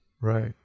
right